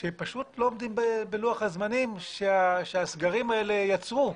שפשוט לא עומדים בלוח הזמנים שהסגרים האלה יצרו.